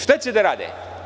Šta će da rade?